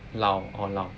老 orh 老